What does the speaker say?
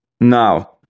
Now